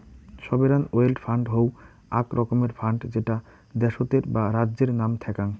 sovereign wealth fund হউ আক রকমের ফান্ড যেটা দ্যাশোতর বা রাজ্যের নাম থ্যাক্যাং